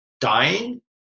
dying